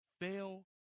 Fail